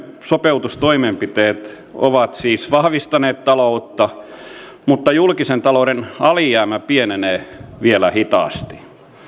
sopeutustoimenpiteet ovat siis vahvistaneet taloutta mutta julkisen talouden alijäämä pienenee vielä hitaasti